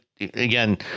again